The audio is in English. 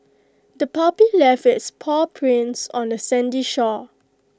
the puppy left its paw prints on the sandy shore